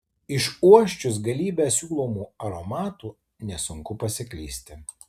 išuosčius galybę siūlomų aromatų nesunku pasiklysti